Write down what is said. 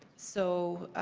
so